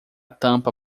tampa